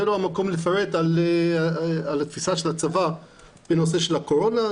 זה לא המקום לפרט על התפיסה של הצבא בנושא הקורונה.